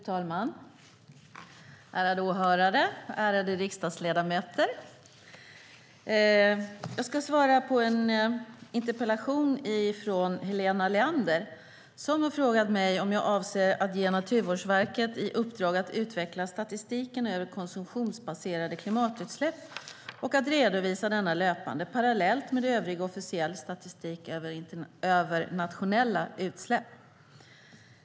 Fru talman! Ärade åhörare! Ärade riksdagsledamöter! Jag ska svara på en interpellation från Helena Leander, som har frågat mig om jag avser att ge Naturvårdsverket i uppdrag att utveckla statistiken över konsumtionsbaserade klimatutsläpp och att redovisa denna löpande, parallellt med övrig officiell statistik över nationella utsläpp.